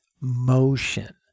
motion